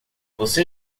você